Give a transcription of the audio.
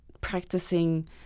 practicing